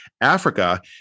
Africa